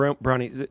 Brownie